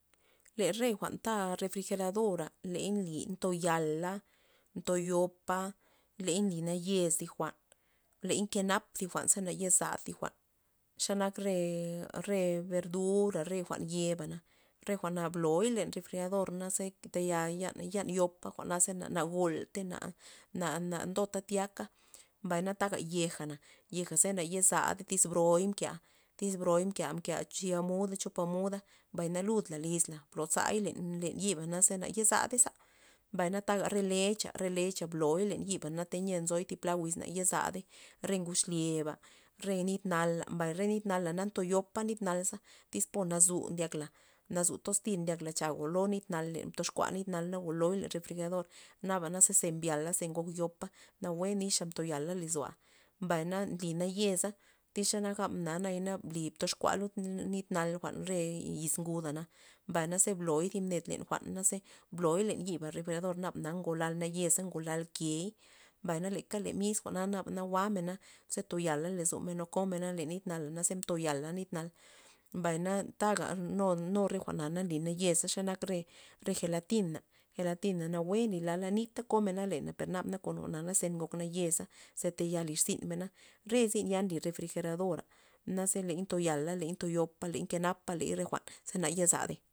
Le re jwa'n ta refrigeradora ley nly ntoyala, ntoyopa, ley nly nazes thi jwa'n, ley kenap thi jwa'n par na yozada thi jwa'n xanak re- re bendura re jwa'n yebana, re jwa'na bloy len refrigerador naze tayal yan- yan yopa jwa'na ze na na goltey na na- na ndota tyaka, mbayna taga yeja na yeja ze na yezadey tyz broy mkea' tyx broy mkea, mkea cho- cthi amuda chop amuda mbay na ludla lyzla blozay len- len yiba na ze yezadey za, mbayna taga re lexa lexa lexa bloy len yiba teyia nzoy thi pla wiz na yezadey, re ngud xlyeba, re nit nala mbay re nit nala ntoyopa nit nal za tyz po nazu ndyak la, nazu toztir ndyakla cha golo nit len toxkua nit nal na goloy len refrigerador naba na ze mbyala ze ngok yopa nawue nixa mtoyala lozoa', mbay nly nazesa tyz xa na gabna na nayana bli toxkua lud nit nal jwa'n re yiz nguda mbay naze bloy len thib ned jwa'n naze bloy len yiba refrigerador naba ngolal nayeza ngolal key mbay le miska jwa'na jwa'men ze toyala lozomen o komen len nit nala na ze ntoyala nit nal, mbay taga nu re jwa'na nly nayeza xa nak re re gelatina, gelatina nawue nlila nita komena lena per na kon jwa'na naba ze ngok nayeza ze tayal lirzynmena re zyn ya nly refrigeradora naze ley toyala ley ntoyoba ley nkenapa ley re jwa'n ze na yezadey.